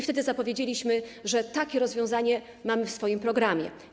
Wtedy zapowiedzieliśmy, że takie rozwiązanie mamy w swoim programie.